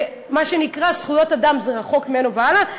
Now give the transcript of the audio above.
מה שנקרא, שזכויות אדם ממנו והלאה.